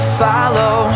follow